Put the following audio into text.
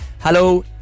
hello